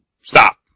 stop